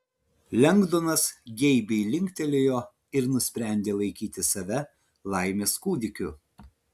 lengdonas geibiai linktelėjo ir nusprendė laikyti save laimės kūdikiu